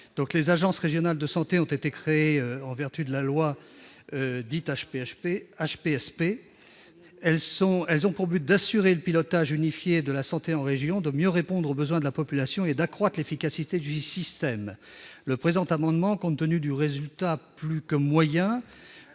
Les agences régionales de santé, créées en vertu de la loi HPST, ont pour but d'assurer un pilotage unifié de la santé en région, de mieux répondre aux besoins de la population et d'accroître l'efficacité du système. Le présent amendement vise à les supprimer, compte tenu des résultats plus que moyens